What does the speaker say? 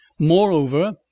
Moreover